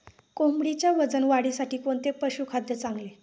कोंबडीच्या वजन वाढीसाठी कोणते पशुखाद्य चांगले?